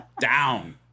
down